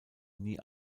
nie